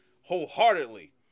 wholeheartedly